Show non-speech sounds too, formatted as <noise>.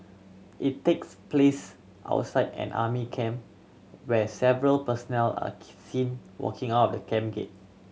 it takes place outside an army camp where several personnel are <unintelligible> seen walking out of the camp gate